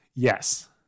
Yes